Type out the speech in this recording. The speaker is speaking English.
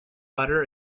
butter